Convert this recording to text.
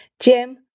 Jim